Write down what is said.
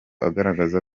agaragaza